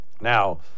Now